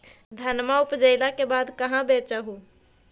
धनमा उपजाईला के बाद कहाँ बेच हू?